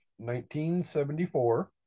1974